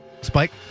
Spike